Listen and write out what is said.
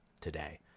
today